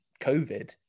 COVID